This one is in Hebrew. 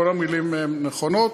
כל המילים הן נכונות.